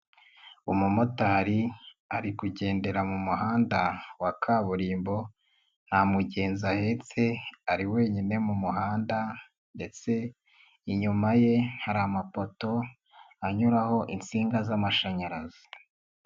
Umumotari ari kugendera mu muhanda wa kaburimbo na mugenzi ahetse ari wenyine mu muhanda ndetse inyuma ye hari amapoto anyuraho insinga z'amashanyarazi.